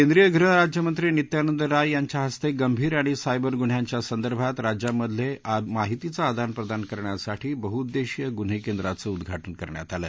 केंद्रिय गृहराज्यमंत्री नित्यानंद राय यांच्या हस्ते गंभीर आणि सायबर गुन्ह्यांच्या संदर्भात राज्यांमध्ये माहितीचं आदानप्रदान करण्यासाठी बहूउद्देशिय गुन्हे केंद्राचं उद्घाटन करण्यात आलं